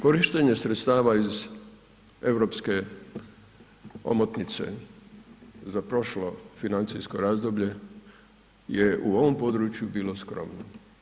Korištenje sredstava iz europske omotnice za prošlo financijsko razdoblje je u ovom području bilo skromno.